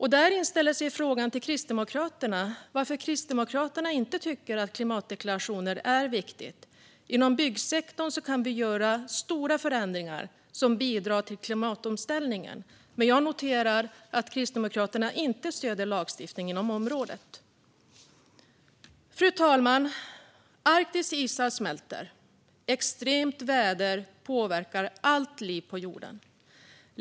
Här inställer sig frågan till Kristdemokraterna varför de inte tycker att det är viktigt med klimatdeklarationer. Inom byggsektorn kan vi göra stora förändringar som bidrar till klimatomställningen, men jag noterar att Kristdemokraterna inte stöder frågan om lagstiftning inom området. Fru talman! Arktis isar smälter. Extremt väder påverkar allt liv på jorden.